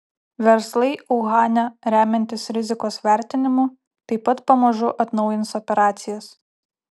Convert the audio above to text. verslai uhane remiantis rizikos vertinimu taip pat pamažu atnaujins operacijas